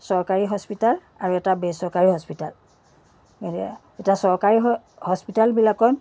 চৰকাৰী হস্পিতেল আৰু এটা বেচৰকাৰী হস্পিতেল এতিয়া চৰকাৰী হস্পিতেলবিলাকত